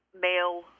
male